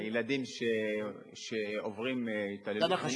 לילדים שעוברים התעללות מינית.